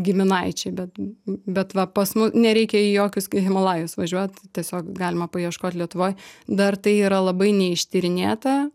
giminaičiai bet bet va pas mu nereikia į jokius himalajus važiuot tiesiog galima paieškot lietuvoj dar tai yra labai neištyrinėta